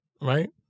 right